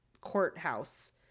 courthouse